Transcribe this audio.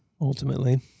ultimately